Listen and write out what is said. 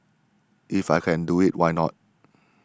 if I can do it why not